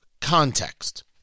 context